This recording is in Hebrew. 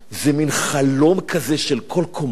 זה מין חלום כזה של כל קומוניסט: